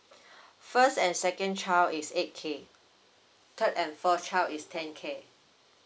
first and second child is eight K third and fourth child is ten K